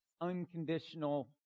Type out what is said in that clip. unconditional